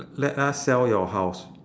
let us sell your house